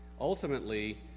Ultimately